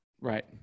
Right